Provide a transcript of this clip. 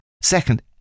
Second